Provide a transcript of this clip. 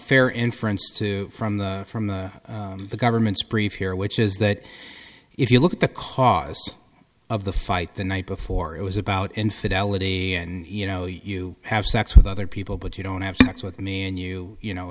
fair inference too from the from the the government's brief here which is that if you look at the cause of the fight the night before it was about infidelity and you know you have sex with other people but you don't have sex with me and you you know